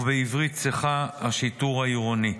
ובעברית צחה, השיטור העירוני.